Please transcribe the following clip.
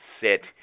sit